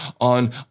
on